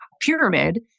pyramid